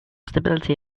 stability